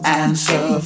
answer